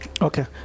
Okay